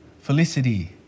Felicity